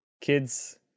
Kids